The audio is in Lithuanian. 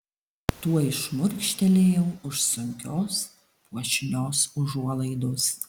tuoj šmurkštelėjau už sunkios puošnios užuolaidos